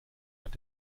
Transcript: hat